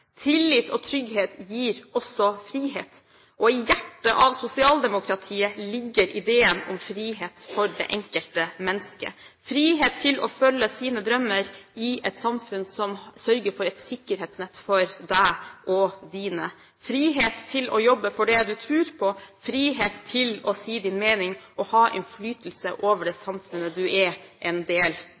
Tillit og trygghet gir også frihet. I hjertet av sosialdemokratiet ligger ideen om frihet for det enkelte mennesket – frihet til å følge sine drømmer i et samfunn som sørger for et sikkerhetsnett for deg og dine, frihet til å jobbe for det du tror på, frihet til å si din mening og ha innflytelse over det samfunnet du er en del